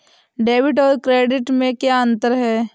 Debit और credit में क्या अंतर है?